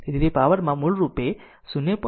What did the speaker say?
તેથી તે પાવરમાં મૂળ રૂપે 0